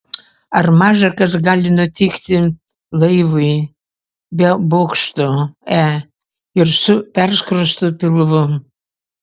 ar maža kas gali nutikti laivui be bokšto e ir su perskrostu pilvu